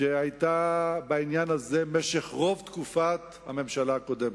שהיתה בעניין הזה במשך רוב תקופת הממשלה הקודמת.